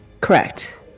Correct